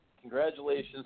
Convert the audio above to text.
Congratulations